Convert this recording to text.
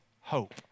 hope